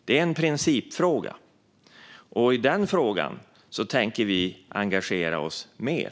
Det är en principfråga, och i den frågan tänker vi engagera oss mer.